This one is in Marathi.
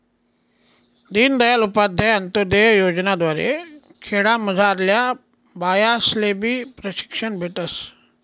दीनदयाल उपाध्याय अंतोदय योजना द्वारे खेडामझारल्या बायास्लेबी प्रशिक्षण भेटस